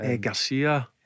Garcia